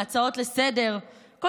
מהצעות לסדר-היום,